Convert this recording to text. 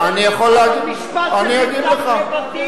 אבל משפט של מרקם חברתי,